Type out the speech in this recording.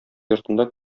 йортында